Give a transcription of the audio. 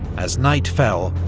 as night fell,